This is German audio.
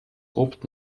gruft